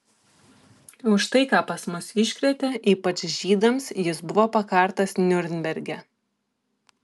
už tai ką pas mus iškrėtė ypač žydams jis buvo pakartas niurnberge